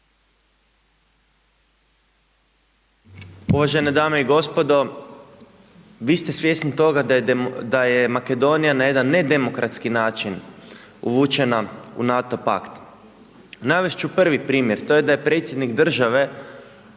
Uvažene dame i gospodo, vi ste svjesni toga da je Makedonija na jedan nedemokratski način uvučena u NATO pakt. Navest ću prvi primjer, to je da je predsjednik države